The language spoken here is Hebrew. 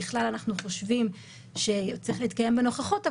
אגב, אני חושב שדווקא יש חזקת תקינות של